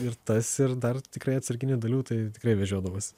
ir tas ir dar tikrai atsarginių dalių tai tikrai vežiodavosi